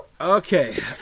Okay